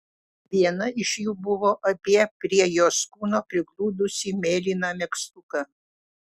viena iš jų buvo apie prie jos kūno prigludusį mėlyną megztuką